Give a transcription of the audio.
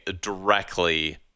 directly